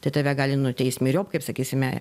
tai tave gali nuteist myriop kaip sakysime